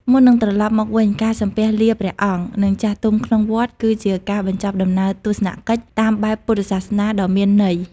មុននឹងត្រលប់មកវិញ ការសំពះលាព្រះអង្គ និងចាស់ទុំក្នុងវត្ត គឺជាការបញ្ចប់ដំណើរទស្សនកិច្ចតាមបែបពុទ្ធសាសនាដ៏មានន័យ។